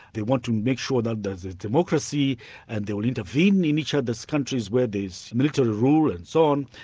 they want to make sure that there's a democracy and they would intervene in each other's countries where there's military rule and so on.